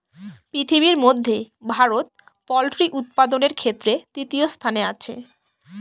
পৃথিবীর মধ্যে ভারত পোল্ট্রি উৎপাদনের ক্ষেত্রে তৃতীয় স্থানে আছে